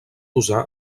usar